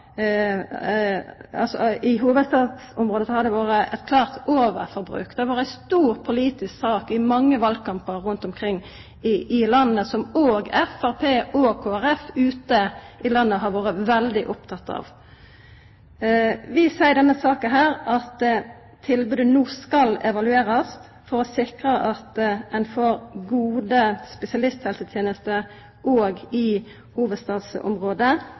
vore ei stor politisk sak i mange valkampar rundt omkring i landet, som òg Framstegspartiet og Kristeleg Folkeparti ute i landet har vore veldig opptekne av. Vi seier i denne saka at tilbodet no skal evaluerast for å sikra at ein får gode spesialisthelsetenester òg i hovudstadsområdet,